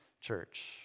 Church